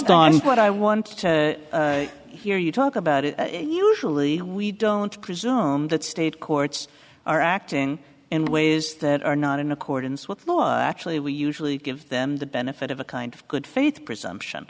mean what i want to hear you talk about it usually we don't presume that state courts are acting in ways that are not in accordance with law actually we usually give them the benefit of a kind of good faith presumption